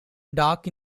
dark